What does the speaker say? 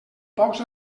pocs